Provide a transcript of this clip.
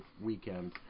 weekend